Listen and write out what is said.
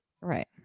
right